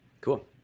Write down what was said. Cool